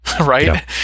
right